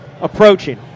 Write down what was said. approaching